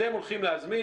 אתם הולכים להזמין,